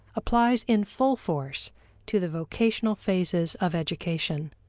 applies in full force to the vocational phases of education.